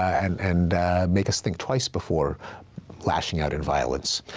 and and make us think twice before lashing out in violence.